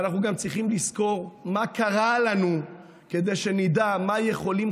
ואנחנו גם צריכים לזכור מה קרה לנו כדי שנדע מה יכולים,